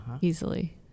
easily